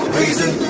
reason